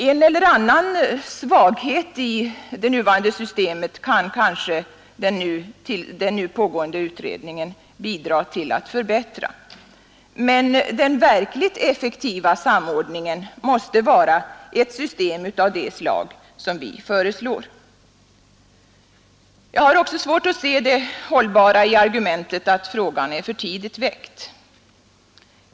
En eller annan svaghet i det nuvarande kanske ändå inte är s; systemet kan kanske den nu pågående utredningen bidra till att komma till rätta med, men den verkligt effektiva samordningen måste vara ett system av det slag som vi föreslår. Jag har oc svårt att se det hållbara i argumentet att frågan är för tidigt väckt.